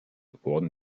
wurden